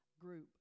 group